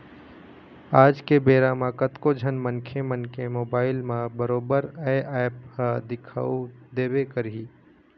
आज के बेरा म कतको झन मनखे मन के मोबाइल म बरोबर ये ऐप ह दिखउ देबे करही